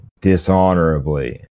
dishonorably